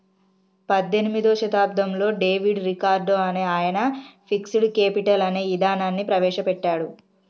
పద్దెనిమిదో శతాబ్దంలో David Ricardo అనే ఆయన ఫిక్స్డ్ కేపిటల్ అనే ఇదానాన్ని ప్రవేశ పెట్టాడు